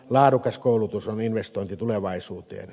laadukas koulutus on investointi tulevaisuuteen